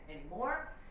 anymore